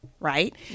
right